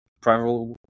private